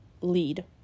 lead